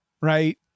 right